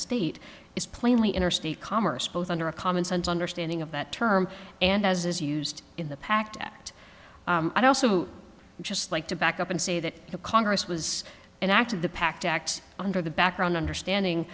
state is plainly interstate commerce both under a common sense understanding of that term and as is used in the pact act i'd also just like to back up and say that the congress was an act of the pact act under the background understanding